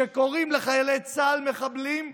שקוראים לחיילי צה"ל מחבלים,